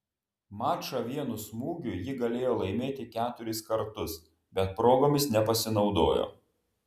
mačą vienu smūgiu ji galėjo laimėti keturis kartus bet progomis nepasinaudojo